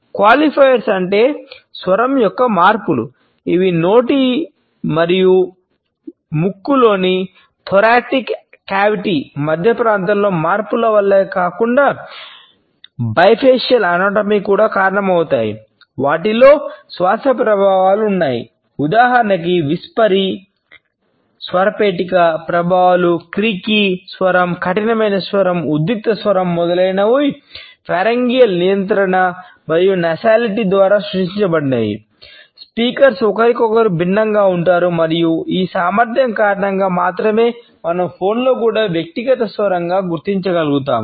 qualifiers కూడా వ్యక్తిగత స్వరంని గుర్తించగలుగుతాము